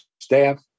staff